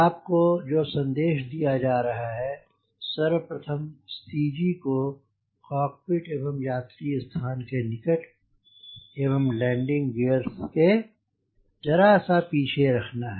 आपको जो सन्देश दिया जा रहा है कि सर्वप्रथम CG को कॉकपिट एवं यात्रिस्थान के निकट एवं लैंडिंग गियर्स के जरा सा पीछे रखना है